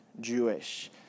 Jewish